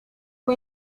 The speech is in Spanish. fue